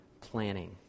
planning